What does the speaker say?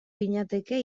ginateke